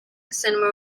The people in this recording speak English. cinnamon